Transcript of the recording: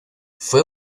fue